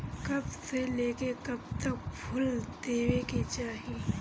कब से लेके कब तक फुल देवे के चाही?